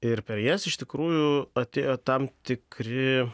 ir per jas iš tikrųjų atėjo tam tikri